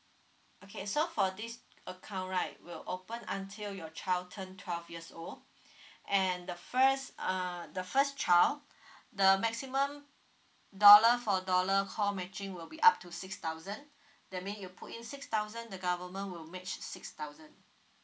okay so for this account right will open until your child turn twelve years old and the first err the first child the maximum dollar for dollar c0 matching will be up to six thousand that means you put in six thousand the government will match six thousand